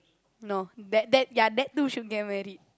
no that that ya that two should get married